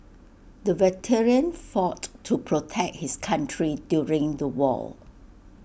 the veteran fought to protect his country during the war